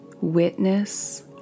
Witness